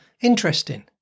interesting